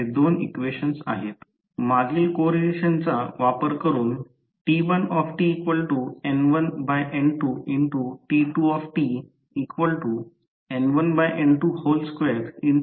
म्हणूनच 3 फेज चुंबकीय क्षेत्र तयार होताच कारण जर गळतीचा प्रतिकार आणि ट्रान्सफॉर्मर सारख्या प्रतिक्रियेकडे दुर्लक्ष केले तर प्रत्येक जागेत स्टेटर विंडिंग मध्ये व्होल्टेज देखील प्रेरित होईल